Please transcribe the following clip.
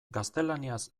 gaztelaniaz